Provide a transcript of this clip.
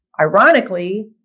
Ironically